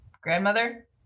Grandmother